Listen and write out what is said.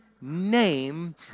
name